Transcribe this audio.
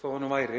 þó það nú væri,